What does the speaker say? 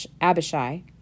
Abishai